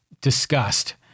discussed